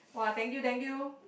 !wah! thank you thank you